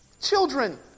children